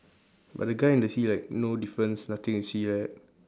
but the guy in the sea like no difference nothing to see like that